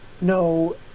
no